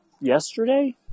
yesterday